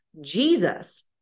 Jesus